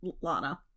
Lana